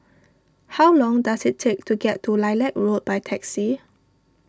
how long does it take to get to Lilac Road by taxi